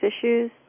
issues